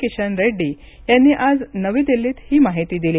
किशन रेड्डी यांनी आज नवी दिल्लीत ही माहिती दिली